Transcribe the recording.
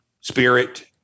spirit